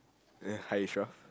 uh hi ishraf